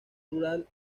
rural